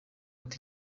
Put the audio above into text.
ati